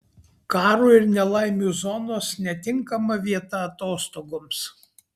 karo ir nelaimių zonos netinkama vieta atostogoms